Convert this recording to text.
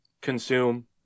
consume